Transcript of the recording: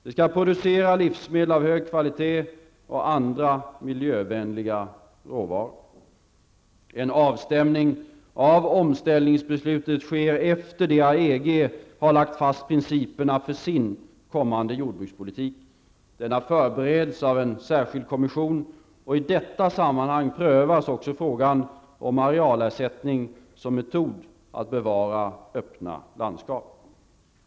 Det skall producera livsmedel av hög kvalitet och andra miljövänliga råvaror. En avstämning av omställningsbesluten sker efter det att EG har lagt fast principerna för sin kommande jordbrukspolitik. Denna förbereds av en särskild kommission. I detta sammanhang prövas också frågan om arealersättning som en metod att bevara öppna landskap.